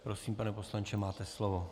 Prosím, pane poslanče, máte slovo.